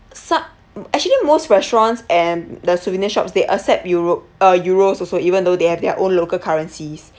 some actually most restaurants and the souvenir shops they accept euro uh euros also even though they have their own local currencies